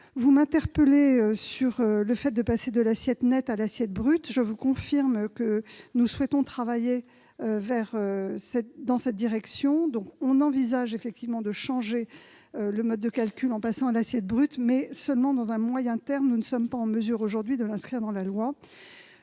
Vous m'interpellez sur le passage de l'assiette nette à l'assiette brute. Je vous confirme que nous souhaitons travailler dans cette direction et que nous envisageons de changer le mode de calcul dans ce sens, mais seulement à moyen terme. Nous ne sommes pas en mesure aujourd'hui de l'inscrire dans la loi.